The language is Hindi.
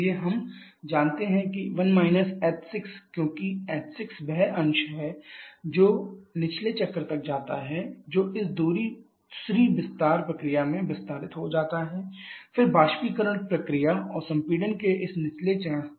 इसलिए हम जानते हैं कि 1− x6 क्योंकि x6 वह अंश है जो निचले चक्र तक जाता है जो इस दूसरी विस्तार प्रक्रिया में विस्तारित हो जाता है फिर वाष्पीकरण प्रक्रिया और संपीड़न के इस निचले चरण